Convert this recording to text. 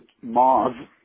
Mars